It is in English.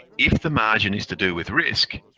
if the margin is to do with risk,